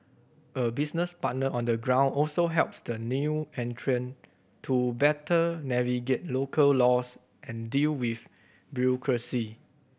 a business partner on the ground also helps the new entrant to better navigate local laws and deal with bureaucracy